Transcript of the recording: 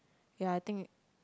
ya I think